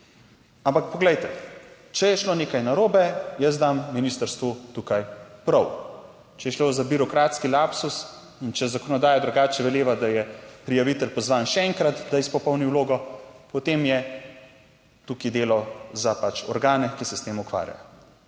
Ampak poglejte, če je šlo nekaj narobe, jaz dam ministrstvu tukaj prav, če je šlo za birokratski lapsus in če zakonodaja drugače veleva, da je prijavitelj pozvan še enkrat, da izpopolni vlogo, potem je tukaj delo za pač organe, ki se s tem ukvarjajo,